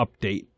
update